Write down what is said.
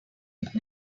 catch